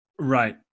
Right